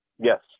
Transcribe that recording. Yes